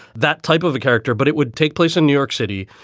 that type of a character. but it would take place in new york city.